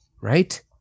right